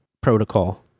protocol